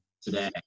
today